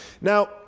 now